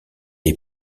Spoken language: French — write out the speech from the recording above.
est